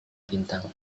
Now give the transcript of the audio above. bintang